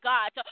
God